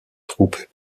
troupes